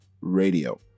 radio